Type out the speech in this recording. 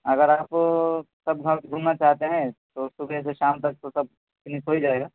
اگر آپ سب گھومنا چاہتے ہیں تو صبح سے شام تک تو سب فنش ہو ہی جائے گا